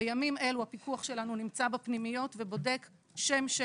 בימים אלו הפיקוח שלנו נמצא בפנימיות ובודק שם-שם,